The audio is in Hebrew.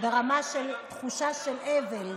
ברמה של תחושה של אבל.